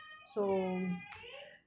so